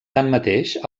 tanmateix